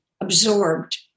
absorbed